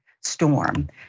storm